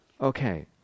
Okay